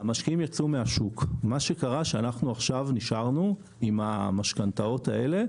המשקיעים יצאו מהשוק ונשארנו עם המשכנתאות האלה,